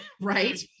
right